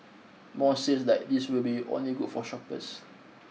more sales like these will only be good for shoppers